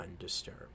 undisturbed